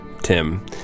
Tim